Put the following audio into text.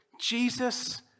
Jesus